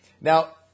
Now